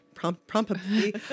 Promptly